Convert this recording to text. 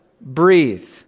breathe